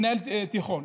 מנהל תיכון,